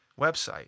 website